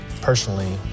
personally